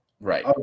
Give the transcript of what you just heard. Right